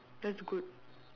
that's good